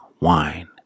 wine